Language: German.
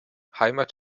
heimat